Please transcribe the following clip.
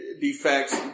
defects